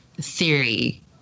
theory